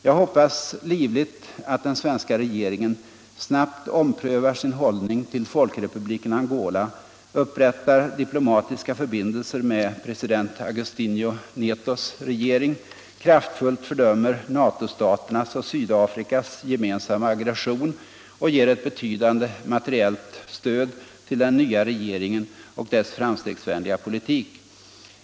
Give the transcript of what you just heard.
Jag hoppas livligt att den svenska regeringen snabbt omprövar sin hållning till Folkrepubliken Angola, upprättar diplomatiska förbindelser med president Agostinho Netos regering, kraftfullt fördömer Natostaternas och Sydafrikas gemensamma aggression och ger ett betydande materiellt stöd till den nya regeringen och dess framstegsvänliga politik.